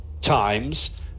times